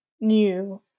new